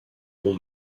bon